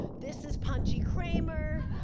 this is punchy kramer.